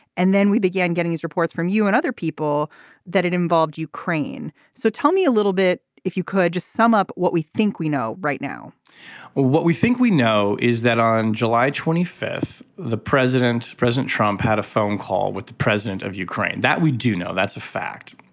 and then we began getting these reports from you and other people that it involved ukraine. so tell me a little bit if you could just sum up what we think we know right now well what we think we know is that on july twenty fifth the president president trump had a phone call with the president of ukraine that we do know that's a fact.